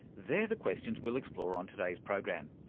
they're the questions we'll explore on today's program,